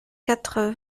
quatre